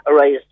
arise